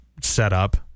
setup